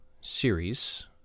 series